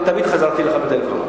תמיד חזרתי אליך בטלפון.